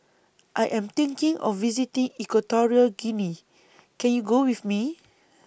I Am thinking of visiting Equatorial Guinea Can YOU Go with Me